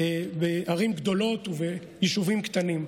בערים גדולות וביישובים קטנים.